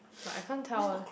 but I can't tell eh